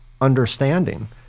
understanding